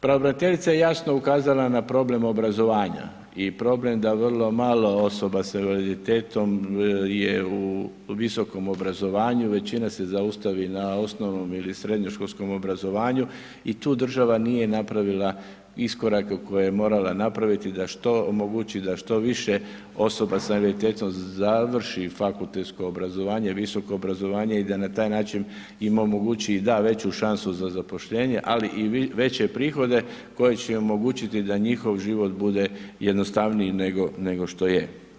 Pravobraniteljica je jasno ukazala na problem obrazovanja i problem da vrlo malo osoba s invaliditetom je u visokom obrazovanju i većina se zaustavi na osnovnom ili srednjoškolskom obrazovanju i tu država nije napravila iskorake koje je morala napraviti, da što omogući, da što više osoba s invaliditetom završi fakultetsko obrazovanje, visoko obrazovanje i da na taj način im omogući da veću šansu za zaposlenje, ali i veće prihode, koji će omogućiti da njihov život bude jednostavniji nego što je.